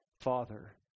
Father